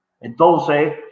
Entonces